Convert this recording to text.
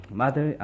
mother